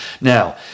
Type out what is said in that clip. Now